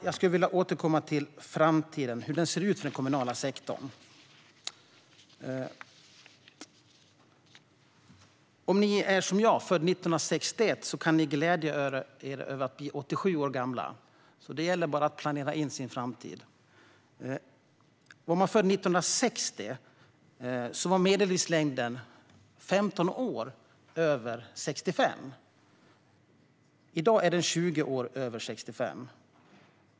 Jag skulle vilja återkomma till hur framtiden ser ut för den kommunala sektorn. Om ni som jag är födda 1961 kan ni glädja er över att bli 87 år gamla. Det är bara att planera in sin framtid! År 1960 var medellivslängden 15 år över 65. I dag är den 20 år över 65.